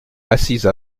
assise